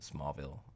smallville